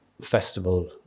festival